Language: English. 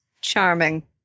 Charming